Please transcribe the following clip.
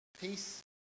peace